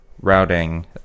Routing